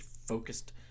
focused